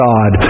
God